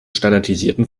standardisierten